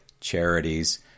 charities